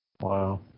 Wow